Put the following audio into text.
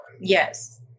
Yes